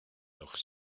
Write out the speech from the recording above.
noch